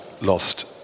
lost